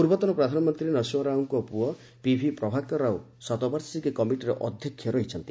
ପୂର୍ବତନ ପ୍ରଧାନମନ୍ତ୍ରୀ ନରସିଂହରାଓଙ୍କ ପୁଅ ପିଭି ପ୍ରଭାକର ରାଓ ଶତବାର୍ଷିକୀ କମିଟିର ଅଧ୍ୟକ୍ଷ ରହିଛନ୍ତି